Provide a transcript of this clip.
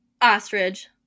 Ostrich